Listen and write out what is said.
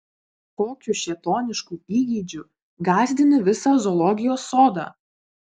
kokiu šėtonišku įgeidžiu gąsdini visą zoologijos sodą